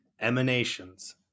Emanations